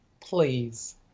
Please